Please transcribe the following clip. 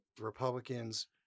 Republicans